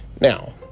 Now